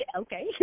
Okay